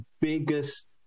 biggest